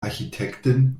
architekten